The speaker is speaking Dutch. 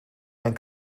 mijn